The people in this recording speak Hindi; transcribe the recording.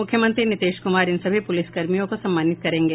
मुख्यमंत्री नीतीश कुमार इन सभी पुलिसकर्मियों को सम्मानित करेंगे